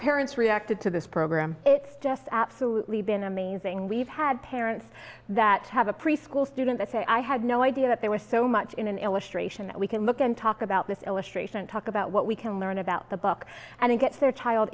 parents reacted to this program it's just absolutely been amazing we've had parents that have a preschool student that say i had no idea that there was so much in an illustration that we can look and talk about this illustration talk about what we can learn about the book and it gets their child